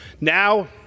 Now